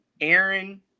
Aaron –